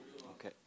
Okay